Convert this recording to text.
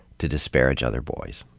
to disparage other boys.